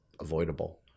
avoidable